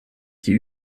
die